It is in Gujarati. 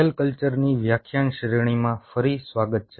સેલ કલ્ચરની વ્યાખ્યાન શ્રેણીમાં ફરી સ્વાગત છે